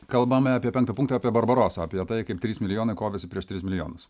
kalbame apie penktą punktą apie barbarosą apie tai kaip trys milijonai kovėsi prieš tris milijonus